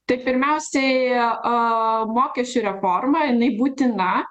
tai pirmiausiai mokesčių reforma jinai būtina